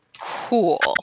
Cool